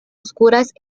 oscuras